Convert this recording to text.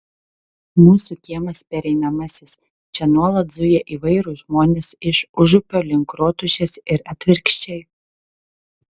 mūsų kiemas pereinamasis čia nuolat zuja įvairūs žmonės iš užupio link rotušės ir atvirkščiai